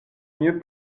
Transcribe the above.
mieux